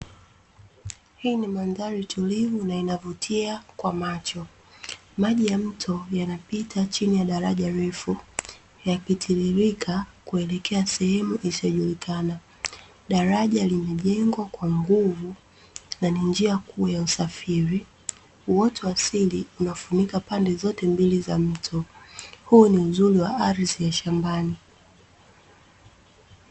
Hii ni mandhari tulivu na inavutia kwa macho, maji ya mto yanapita chini ya daraja refu. Yakitiririka kuelekea sehemu isiyojulikana, daraja limejengwa kwa nguvu nani njia ya usafiri. Uoto wa asili unafunika pande zote mbili za mto. Huu ni uzuri wa ardhi ya shambani.